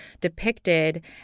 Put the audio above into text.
depicted